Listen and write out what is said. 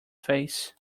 face